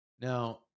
Now